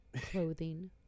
clothing